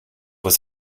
was